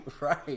right